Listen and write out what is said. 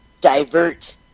divert